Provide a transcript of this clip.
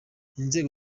inzego